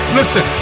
Listen